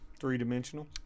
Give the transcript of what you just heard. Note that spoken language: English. Three-dimensional